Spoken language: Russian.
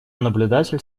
наблюдатель